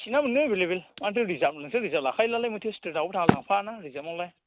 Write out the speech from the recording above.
सिटआनो मोनो एभैलेभोल मानोथो रिजार्भ नोंसोर रिजार्भ लाखायोब्लालाय मानथो स्ट्रेसआव दालांखाना ना रिजार्भाआवलाय